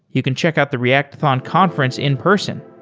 you can check out the reactathon conference in person.